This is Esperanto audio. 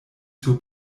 sur